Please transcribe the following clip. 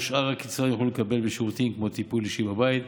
את שאר הקצבה הם יוכלו לקבל בשירותים כמו טיפול אישי בבית,